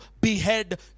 behead